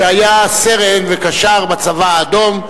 שהיה סרן וקשר בצבא האדום,